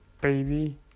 baby